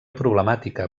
problemàtica